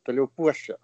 toliau puošia